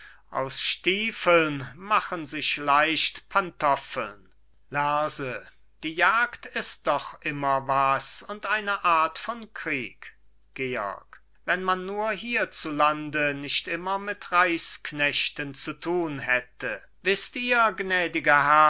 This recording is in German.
aus stiefeln machen sich leicht pantoffeln lerse die jagd ist doch immer was und eine art von krieg georg wenn man nur hierzulande nicht immer mit reichsknechten zu tun hätte wißt ihr